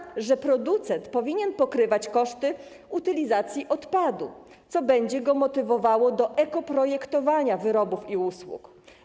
Oznacza to, że producent powinien pokrywać koszty utylizacji odpadów, co będzie go motywowało do ekoprojektowania wyrobów i usług.